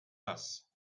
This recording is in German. das